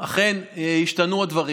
אכן השתנו הדברים.